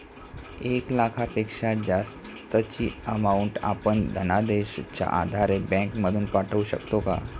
एक लाखापेक्षा जास्तची अमाउंट आपण धनादेशच्या आधारे बँक मधून पाठवू शकतो का?